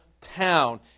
town